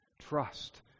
trust